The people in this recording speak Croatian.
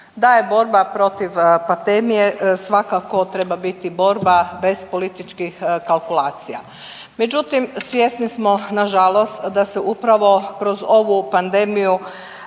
da je borba protiv pandemije svakako treba biti borba bez političkih kalkulacija. Međutim, svjesni smo nažalost da se upravo kroz ovu pandemiju